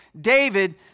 David